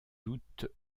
doute